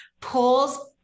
pulls